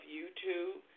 YouTube